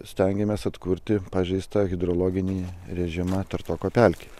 stengiamės atkurti pažeistą hidrologinį režimą tartoko pelkėj